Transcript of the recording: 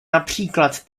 například